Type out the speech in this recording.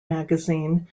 magazine